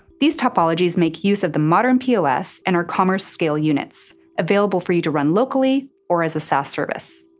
these typologies make use of the modern pos and our commerce scale units available for you to run locally or as a saas service.